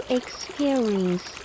experience